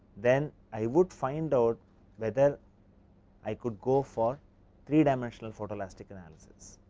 then i would find out whether i could go for three-dimensional and photo elastic analysis,